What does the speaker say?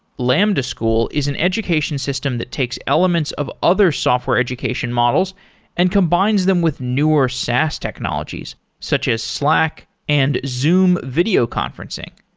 lambda school is an education system that takes elements of other software education models and combines them with newer saas technologies, such as slack and zoom video conferencing.